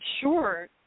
Sure